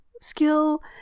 skill